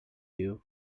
you